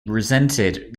resented